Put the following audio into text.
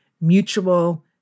mutual